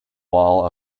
wall